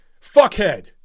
fuckhead